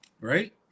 right